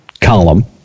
column